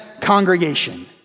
congregation